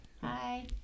Hi